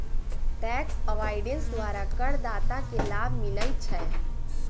tax avoidance द्वारा करदाता के लाभ मिलइ छै